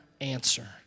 answer